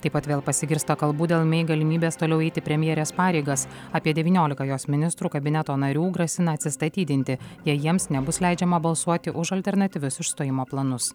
taip pat vėl pasigirsta kalbų dėl mei galimybės toliau eiti premjerės pareigas apie devyniolika jos ministrų kabineto narių grasina atsistatydinti jei jiems nebus leidžiama balsuoti už alternatyvius išstojimo planus